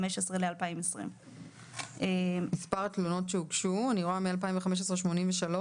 2020. מספר התלונות שהוגשו ב-2015 83,